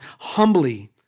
humbly